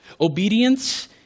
Obedience